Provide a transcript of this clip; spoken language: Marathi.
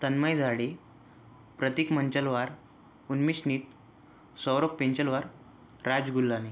तन्मय झाडे प्रतीक मंचलवार उन्मिष मित सौरब पेंचलवार राज गुल्हाने